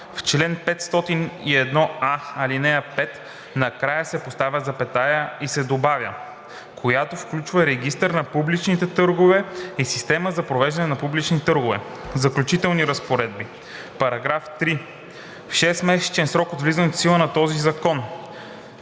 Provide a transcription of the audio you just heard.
В чл. 501а, ал. 5 накрая се поставя запетая и се добавя „която включва регистър на публичните търгове и система за провеждане на публични търгове“. Заключителни разпоредби § 3. В 6-месечен срок от влизането в сила на този закон: